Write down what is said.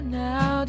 now